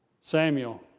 Samuel